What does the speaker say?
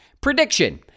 Prediction